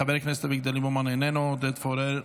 חבר הכנסת אביגדור ליברמן, איננו, עודד פורר,